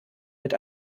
mit